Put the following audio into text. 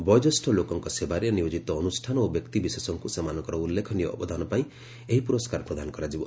ବୟୋଜ୍ୟେଷ୍ଠ ଲୋକଙ୍କ ସେବାରେ ନିୟୋକିତ ଅନୁଷ୍ଠାନ ଓ ବ୍ୟକ୍ତି ବିଶେଷଙ୍କୁ ସେମାନଙ୍କର ଉଲ୍ଲ୍ଖେନୀୟ ଅବଦାନ ପାଇଁ ଏହି ପୁରସ୍କାର ପ୍ରଦାନ କରାଯିବ